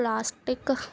plastic